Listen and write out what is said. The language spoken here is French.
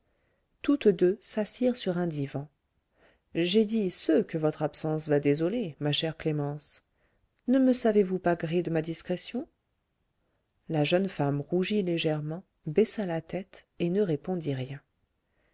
toutes deux s'assirent sur un divan j'ai dit ceux que votre absence va désoler ma chère clémence ne me savez-vous pas gré de ma discrétion la jeune femme rougit légèrement baissa la tête et ne répondit rien